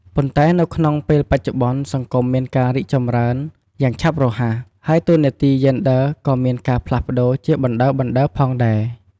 ប៉ុន្តែនៅក្នុងពេលបច្ចុប្បន្នសង្គមមានការរីកចម្រើនយ៉ាងឆាប់រហ័ស ហើយតួនាទីយេនឌ័រ ក៏មានការ ផ្លាស់ប្តូរ ជាបណ្តើរៗផងដែរ។